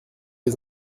les